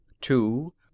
Two